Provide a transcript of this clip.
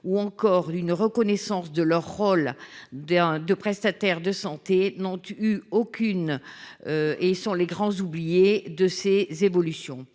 ou encore d'une reconnaissance de leur rôle d'de prestataires de santé n'ont eu aucune et sont les grands oubliés de ces évolutions,